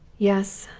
yes,